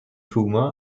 puma